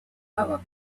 our